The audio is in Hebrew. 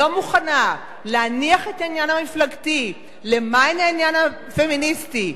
לא מוכנה להניח את העניין המפלגתי למען העניין הפמיניסטי,